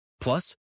Plus